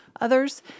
others